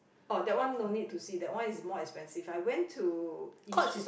oh that one no need to see that one is more expensive I went to yishun